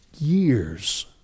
years